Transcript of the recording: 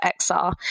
XR